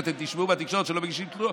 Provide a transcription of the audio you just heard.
שאתם תשמעו בתקשורת שלא מגישים שם תלונות,